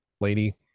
lady